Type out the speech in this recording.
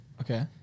Okay